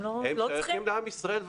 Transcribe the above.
הם שייכים לעם ישראל,